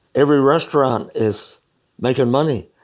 every restaurant is making money.